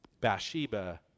Bathsheba